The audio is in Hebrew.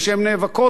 ושהן נאבקות,